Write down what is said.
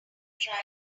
tried